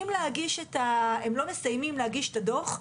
הם מסיימים להגיש את הם לא מסיימים להגיש את הדוח,